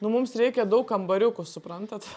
nu mums reikia daug kambariukų suprantat